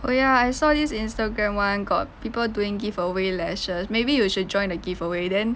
oh ya I saw this instagram [one] got people doing give away lashes maybe you should join the give away then